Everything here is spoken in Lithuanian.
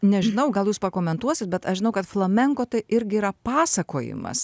nežinau gal jūs pakomentuosit bet aš žinau kad flamenko tai irgi yra pasakojimas